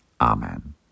Amen